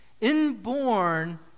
inborn